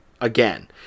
again